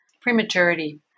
Prematurity